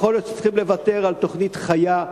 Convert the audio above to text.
יכול להיות שצריכים לוותר על תוכנית חיה.